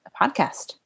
podcast